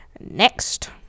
Next